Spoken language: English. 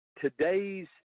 today's